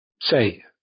say